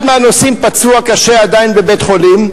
אחד הנוסעים פצוע קשה, עדיין בבית-חולים.